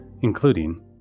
including